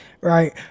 right